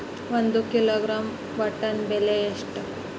ಒಂದು kilogram mutton ಬೆಲೆ ಎಷ್ಟ್?